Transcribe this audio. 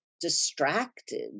distracted